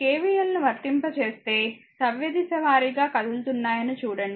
KVL ను వర్తింపజేస్తే సవ్యదిశ వారీగా కదులుతున్నాయని చూడండి